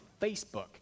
Facebook